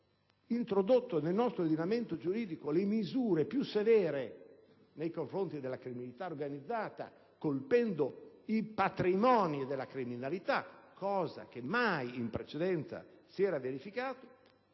introdotto nel nostro ordinamento le misure più severe nei confronti della criminalità organizzata, colpendone i patrimoni, cosa che mai in precedenza si era verificata.